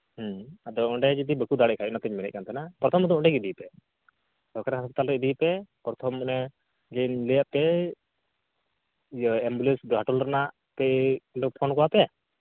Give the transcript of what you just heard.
ᱟᱫᱚ ᱚᱸᱰᱮ ᱡᱩᱫᱤ ᱵᱟᱠᱚ ᱫᱟᱲᱮᱭᱟᱜ ᱠᱷᱟᱡ ᱚᱱᱟᱛᱤᱧ ᱢᱮᱱᱮᱫ ᱛᱟᱦᱮᱱᱟ ᱯᱨᱚᱛᱷᱚᱢᱚᱛ ᱚᱸᱰᱮᱜᱮ ᱤᱫᱤᱭᱮᱯᱮ ᱥᱚᱨᱠᱟᱨᱤ ᱦᱟᱸᱥᱯᱟᱛᱟᱨᱮ ᱤᱫᱤᱭᱮᱯᱮ ᱯᱨᱚᱛᱷᱚᱢ ᱚᱱᱟᱧ ᱞᱟᱹᱭᱟᱫ ᱯᱮᱭᱟᱹ ᱮᱢᱵᱩᱞᱮᱱᱥ ᱜᱷᱟᱴᱚᱞ ᱨᱮᱱᱟᱜ ᱛᱮ ᱚᱸᱰᱮ ᱯᱷᱳᱱ ᱟᱠᱚᱣᱟᱯᱮ